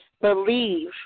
believe